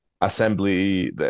assembly